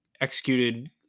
executed